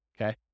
okay